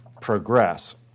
progress